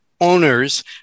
owners